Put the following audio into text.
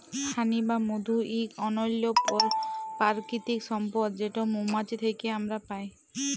হানি বা মধু ইক অনল্য পারকিতিক সম্পদ যেট মোমাছি থ্যাকে আমরা পায়